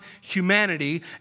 humanity